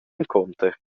encunter